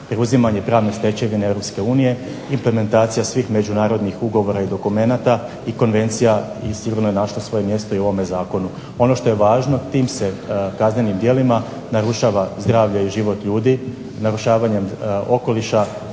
preuzimanje pravne stečevine EU i implementacija svih međunarodnih ugovora i dokumenata i konvencija i sigurno je našlo svoje mjesto u ovome zakonu. Ono što je važno tim se kaznenim djelima narušava zdravlja i život ljudi. Narušavanjem okoliša